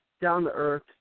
down-to-earth